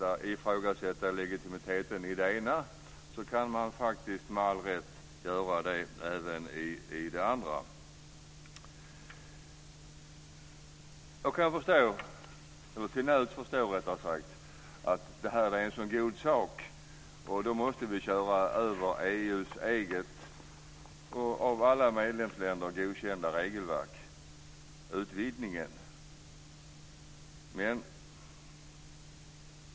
Kan man ifrågasätta legitimiteten i det ena kan man med all rätt göra det även i det andra. Jag kan till nöds förstå att man tycker att utvidgningen är en så god sak att vi måste köra över EU:s eget, av alla medlemsländer godkända, regelverk.